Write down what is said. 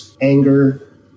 anger